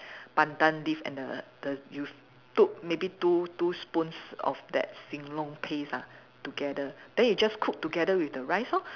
Pandan leaf and the the you took maybe two two spoons of that sing long paste ah together then you just cook together with the rice lor